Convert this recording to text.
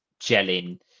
gelling